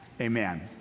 Amen